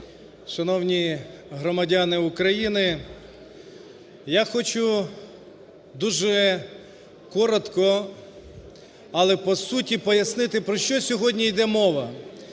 шановні громадяни України, я хочу дуже коротко, але по суті пояснити, про що сьогодні йде мова.